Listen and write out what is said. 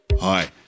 Hi